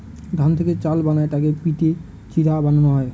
ধান থেকে চাল বানায় তাকে পিটে চিড়া বানানো হয়